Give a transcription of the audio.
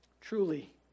truly